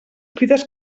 crides